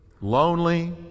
lonely